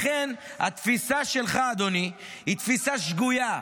לכן, התפיסה שלך, אדוני, היא תפיסה שגוייה.